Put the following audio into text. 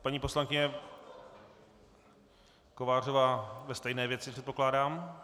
Paní poslankyně Kovářová ve stejné věci, předpokládám.